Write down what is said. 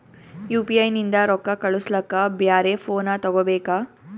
UPI ನಿಂದ ರೊಕ್ಕ ಕಳಸ್ಲಕ ಬ್ಯಾರೆ ಫೋನ ತೋಗೊಬೇಕ?